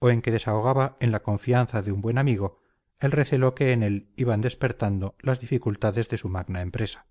o en que desahogaba en la confianza de un buen amigo el recelo que en él iban despertando las dificultades de su magna empresa